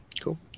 Cool